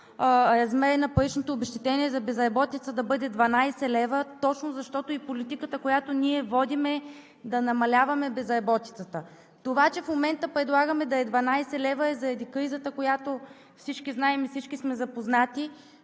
размер на паричното обезщетение за безработица да бъде 12 лв., точно защото и политиката, която ние водим, е да намаляваме безработицата. Това, че в момента предлагаме да е 12 лв., е заради кризата, която всички знаем и всички сме запознати,